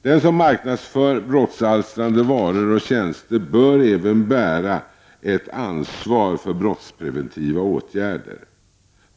Den som marknadsför brottsalstrande varor och tjänster bör även bära ett ansvar för brottsprevent tiva åtgärder.